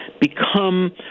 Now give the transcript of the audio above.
become